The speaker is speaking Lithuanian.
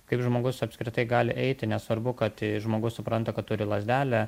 kaip žmogus apskritai gali eiti nesvarbu kad žmogus supranta kad turi lazdelę